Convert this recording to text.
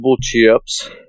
chips